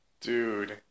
Dude